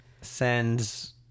sends